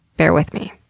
bear with me.